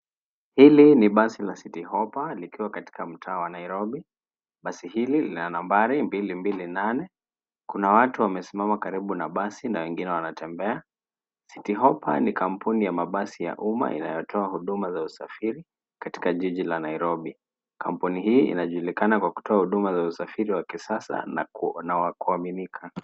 Hili ni basi la Citi Hoppa likiwa katika mtaa wa Nairobi. Basi hlli lina nambari 228. Kuna watu wamesimama karibu na basi na wengine wanatembea. Citi Hoppa ni kampuni ya mabasi ya umma inayotoa huduma za usafiri katika jiji la Nariobi. Kampuni hii inajulikana kwa kutoa huduma za usafiri wa kisasa na wa kuaminika.